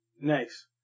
nice